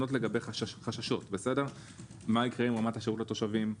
לגבי חששות: מה יקרה עם רמת השירות לתושבים?